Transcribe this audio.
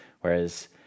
whereas